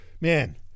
Man